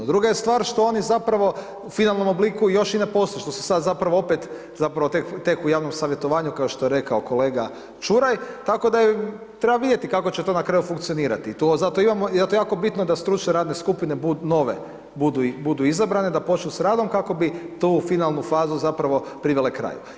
Druga je stvar što oni zapravo u finalnom obliku još i ne postoje, što su sad zapravo opet, zapravo, tek u javnom savjetovanju, kao što je rekao kolega Čuraj, tako da treba vidjeti kako će to na kraju funkcionirati, zato je jako bitno da stručne radne skupine, nove, budu izabrane, da počnu sa radom, kako bi to u finalnu fazu zapravo privele kraju.